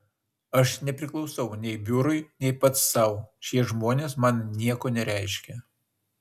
aš nepriklausau nei biurui nei pats sau šie žmonės man nieko nereiškia